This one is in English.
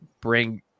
bring